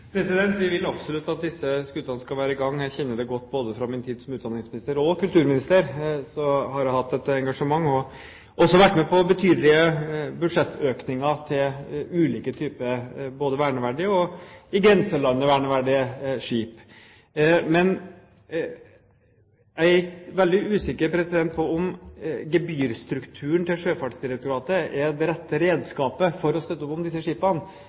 Vi vil absolutt at disse skutene skal være i gang. Jeg kjenner det godt både fra min tid som utdanningsminister og som kulturminister, så jeg har hatt et engasjement og også vært med på betydelige budsjettøkninger til ulike typer både verneverdige og i grenselandet verneverdige skip. Men jeg er veldig usikker på om gebyrstrukturen til Sjøfartsdirektoratet er det rette redskapet for å støtte opp om disse skipene.